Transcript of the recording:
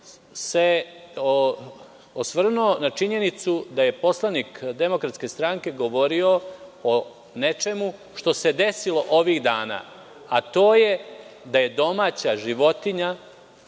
se osvrnuo na činjenicu da je poslanik DS govorio o nečemu što se desilo ovih dana, a to je da je domaća životinja,